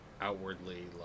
outwardly